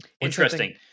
Interesting